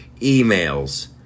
emails